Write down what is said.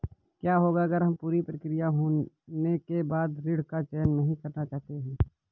क्या होगा अगर हम पूरी प्रक्रिया पूरी होने के बाद ऋण का चयन नहीं करना चाहते हैं?